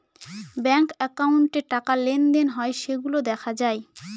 bank একাউন্টে টাকা লেনদেন হয় সেইগুলা দেখা যায়